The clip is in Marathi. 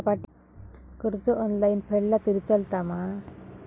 कर्ज ऑनलाइन फेडला तरी चलता मा?